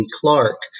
Clark